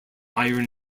iron